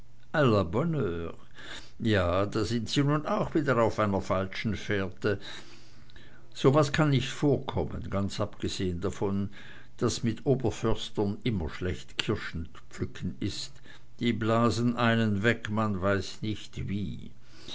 ja da sind sie nun auch wieder auf einer falschen fährte so was kann nicht vorkommen ganz abgesehen davon daß mit oberförstern immer schlecht kirschen pflücken ist die blasen einen weg man weiß nicht wie